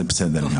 זה בסדר,